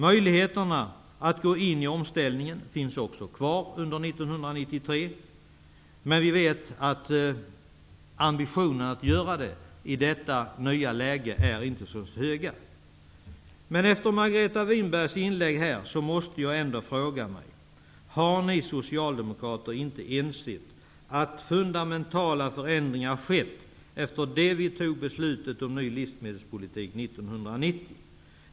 Möjligheterna att gå in i omställningen finns också kvar under 1993, men vi vet att ambitionen att göra det i detta nya läge inte är så hög. Har ni socialdemokrater inte insett att fundamentala förändringar har skett efter det att vi fattade beslutet om en ny livsmedelspolitik 1990?